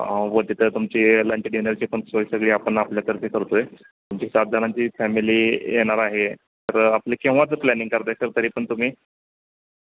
व तिथं तुमची लंच डीनरची पण सोय सगळी आपण आपल्यातर्फे करतो आहे तुमची सात जणांची फॅमिली येणार आहे तर आपली केव्हाचं प्लॅनिंग करत आहे सर तरी पण तुम्ही